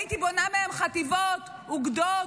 הייתי בונה מהם חטיבות, אוגדות,